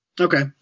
Okay